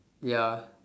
ya